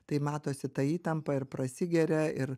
tai matosi ta įtampa ir prasigeria ir